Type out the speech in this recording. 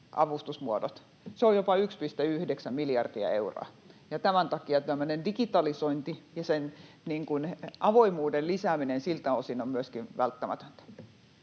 Se on jopa 1,9 miljardia euroa. Ja tämän takia tämmöinen digitalisointi ja sen avoimuuden lisääminen siltä osin ovat myöskin välttämättömiä.